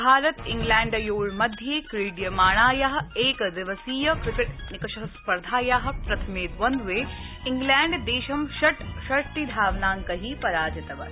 भारत इंग्लैण्डयोर्मध्ये क्रीड्यमाणायाः एकदिवसीय क्रिकेट निकषस्पर्धायाः प्रथमे द्वन्द्वे इंग्लैण्डदेशं षट्षष्टि धावनांकैः पराजितवत्